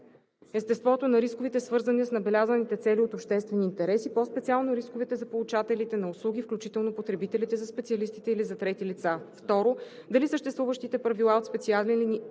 естеството на рисковете, свързани с набелязаните цели от обществен интерес, и по-специално рисковете за получателите на услуги, включително потребителите, за специалистите или за трети лица; 2. дали съществуващите правила от специален или